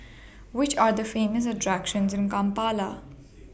Which Are The Famous attractions in Kampala